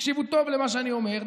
תקשיבו טוב למה שאני אומר,